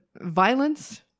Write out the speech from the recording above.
violence